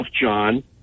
John